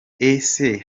ese